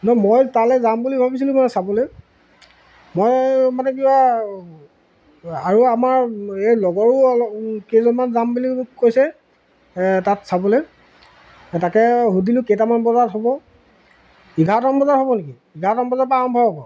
ন মই তালৈ যাম বুলি ভাবিছিলোঁ মানে চাবলৈ মই মানে কিবা আৰু আমাৰ এই লগৰো অল কেইজনমান যাম বুলি কৈছে তাত চাবলৈ তাকে সুধিলোঁ কেইটামান বজাত হ'ব এঘাৰটামান বজাত হ'ব নেকি এঘাৰটামান বজাত পা আৰম্ভ হ'ব